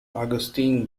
augustine